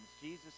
Jesus